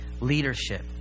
leadership